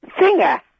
Singer